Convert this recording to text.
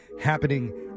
happening